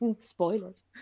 spoilers